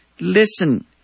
listen